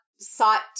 sought